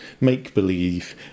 make-believe